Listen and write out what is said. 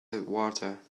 water